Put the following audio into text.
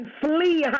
flee